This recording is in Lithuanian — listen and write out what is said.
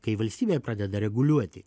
kai valstybė pradeda reguliuoti